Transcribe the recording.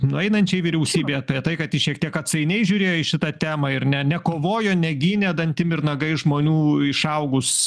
nueinančiai vyriausybei apie tai kad ji šiek tiek atsainiai žiūrėjo į šitą temą ir ne nekovojo negynė dantim ir nagais žmonių išaugus